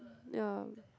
ya